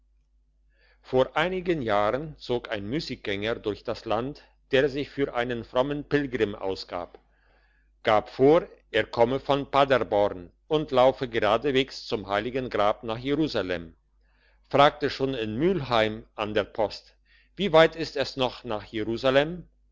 vor einigen jahren zog ein müssiggänger durch das land der sich für einen frommen pilgrim ausgab gab vor er komme von paderborn und laufe geradenweges zum heiligen grab nach jerusalem fragte schon in müllheim an der post wie weit ist es noch nach jerusalem